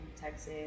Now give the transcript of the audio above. Texas